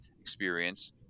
experience